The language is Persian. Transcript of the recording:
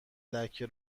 لکه